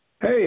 Hey